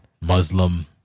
Muslim